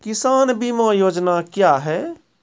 किसान बीमा योजना क्या हैं?